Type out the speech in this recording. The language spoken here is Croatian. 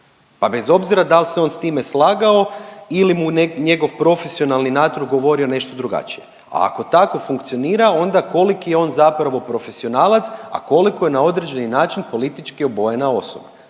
Pa bez obzira da li se on s time slagao ili mu njegov profesionalni .../Govornik se ne razumije./... govorio nešto drugačije, a ako tako funkcionira, onda koliki je on zapravo profesionalac, a koliko je na neki način politički obojena osoba.